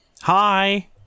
hi